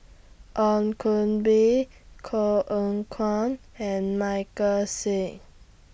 Ong Koh Bee Koh Eng Kian and Michael Seet